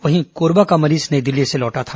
वहीं कोरबा का मरीज नई दिल्ली से लौटा था